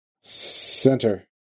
center